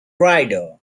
rider